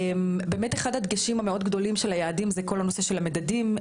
באמת אחד הדגשים המאוד גדולים של היעדים הוא כל הנושא של המדדים.